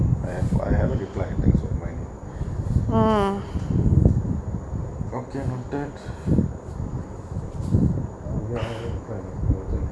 I have I haven't reply yet thanks for reminding okay not yet